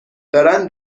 دارن